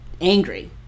angry